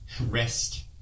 Rest